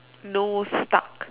no stuck